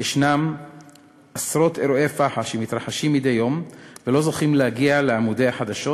יש עשרות אירועי פח"ע שמתרחשים מדי יום ולא זוכים להגיע לעמודי החדשות,